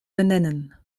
benennen